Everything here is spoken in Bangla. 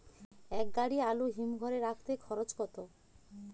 এক গাড়ি আলু হিমঘরে রাখতে খরচ কত?